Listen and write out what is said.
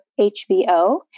HBO